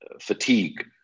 fatigue